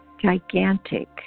gigantic